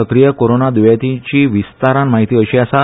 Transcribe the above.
सक्रीय करोना द्येतीची विस्तारान म्हायती अशी आसा